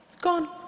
gone